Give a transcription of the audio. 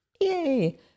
Yay